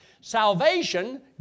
Salvation